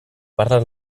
parlen